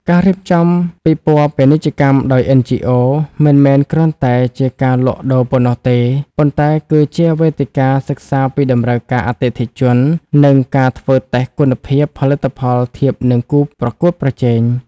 ការរៀបចំពិព័រណ៍ពាណិជ្ជកម្មដោយ NGOs មិនមែនគ្រាន់តែជាការលក់ដូរប៉ុណ្ណោះទេ ប៉ុន្តែគឺជាវេទិកាសិក្សាពីតម្រូវការអតិថិជន និងការធ្វើតេស្តគុណភាពផលិតផលធៀបនឹងគូប្រកួតប្រជែង។